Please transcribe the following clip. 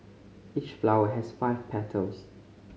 each flower has five petals